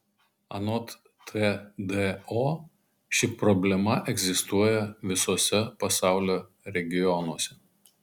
anot tdo ši problema egzistuoja visuose pasaulio regionuose